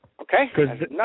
Okay